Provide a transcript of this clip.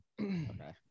Okay